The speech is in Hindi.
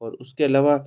और उसके अलावा